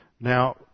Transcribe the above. Now